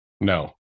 No